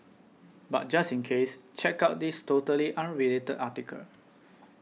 but just in case check out this totally unrelated article